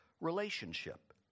relationship